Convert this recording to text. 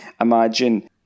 imagine